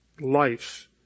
life